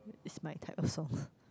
is my type of song